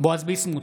בועז ביסמוט,